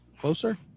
Closer